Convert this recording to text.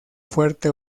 fuerte